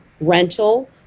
rental